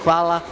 Hvala.